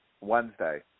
Wednesday